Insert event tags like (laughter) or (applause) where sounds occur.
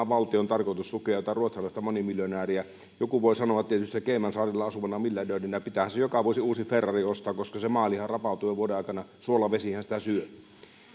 (unintelligible) valtion tarkoitus tukea jotain ruotsalaista monimiljonääriä joku voi sanoa tietysti että caymansaarilla asuvana miljardöörinä pitäähän se joka vuosi uusi ferrari ostaa koska se maalihan rapautuu jo vuoden aikana suolavesihän sitä syö